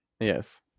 yes